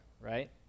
right